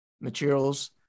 materials